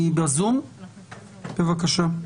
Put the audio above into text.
בבקשה.